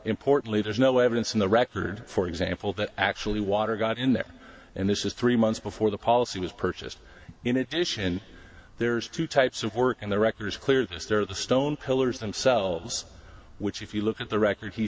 importantly there's no evidence in the record for example that actually water got in there and this is three months before the policy was purchased in addition there's two types of work and the record is clear to us they're the stone pillars themselves which if you look at the record he